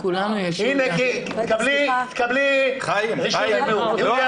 תקבלי רשות דיבור.